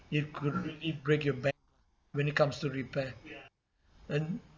it could really break your bank when it comes to repair and